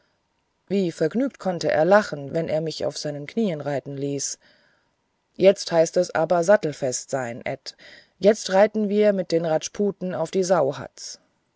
wie vergnügt konnte er lachen wenn er mich auf seinem knie reiten ließ jetzt heißt's aber sattelfest sein ed jetzt reiten wir mit den rasputen auf die